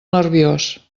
nerviós